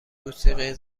موسیقی